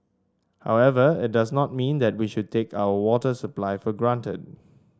however it does not mean that we should take our water supply for granted